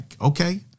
Okay